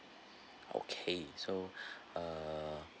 okay so uh